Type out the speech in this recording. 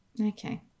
Okay